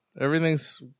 everything's